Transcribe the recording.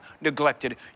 neglected